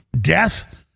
death